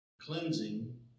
Cleansing